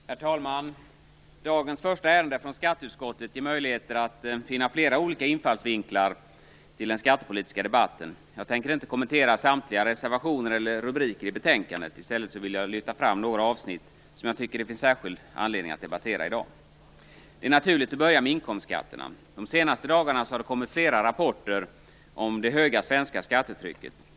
Herr talman! Dagens första ärende från skatteutskottet ger möjligheter att finna flera olika infallsvinklar till den skattepolitiska debatten. Jag tänker inte kommentera samtliga reservationer eller rubriker i betänkandet. I stället vill jag lyfta fram några avsnitt som jag tycker att det finns särskild anledning att debattera i dag. Det är naturligt att börja med inkomstskatterna. De senaste dagarna har det kommit flera rapporter om det höga svenska skattetrycket.